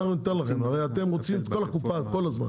הרי אתם רוצים את כל הקופה כל הזמן.